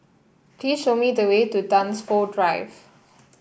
please show me the way to Dunsfold Drive